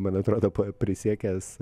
man atrodo prisiekęs